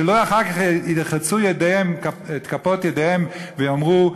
שלא ירחצו אחר כך את כפות ידיהם ויאמרו: